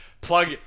plug